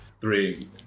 Three